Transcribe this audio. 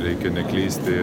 reikia neklysti